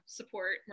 support